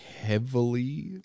heavily